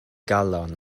galon